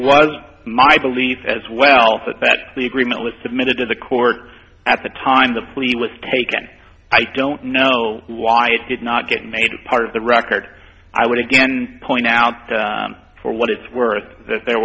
was my belief as well that that plea agreement was submitted to the court at the time the plea was taken i don't know why it did not get made part of the record i would again point out for what it's worth that there